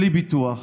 בלי ביטוח,